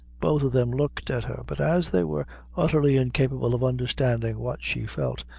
both of them looked at her but as they were utterly incapable of understanding what she felt,